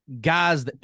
guys